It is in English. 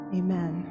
amen